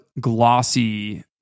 glossy